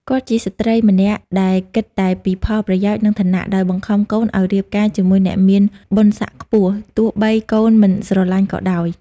គាត់ជាស្រ្តីម្នាក់ដែលគិតតែពីផលប្រយោជន៍ និងឋានៈ ដោយបង្ខំកូនឲ្យរៀបការជាមួយអ្នកមានបុណ្យស័ក្តិខ្ពស់ ទោះបីកូនមិនស្រឡាញ់ក៏ដោយ។